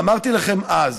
ואמרתי לכם אז